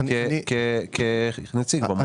כנציג במועצה.